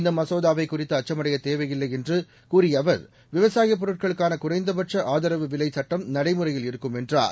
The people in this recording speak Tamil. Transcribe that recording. இந்தமசோதாவைக் குறித்துஅச்சமடையஅவசியமில்லைஎன்றுகூறியஅவர் விவசாயபொருட்களுக்கானகுறைந்தபட்சஆதரவு விலைசட்டம் நடைமுறையில் இருக்கும் என்றார்